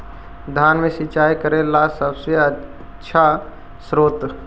धान मे सिंचाई करे ला सबसे आछा स्त्रोत्र?